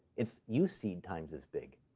it's useed times as big.